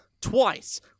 twice